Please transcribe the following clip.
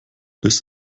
biss